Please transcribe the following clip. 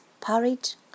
Porridge